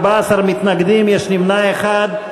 14 מתנגדים, יש נמנע אחד.